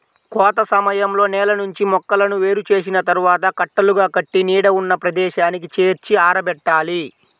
కోత సమయంలో నేల నుంచి మొక్కలను వేరు చేసిన తర్వాత కట్టలుగా కట్టి నీడ ఉన్న ప్రదేశానికి చేర్చి ఆరబెట్టాలి